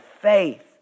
faith